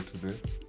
today